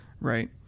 Right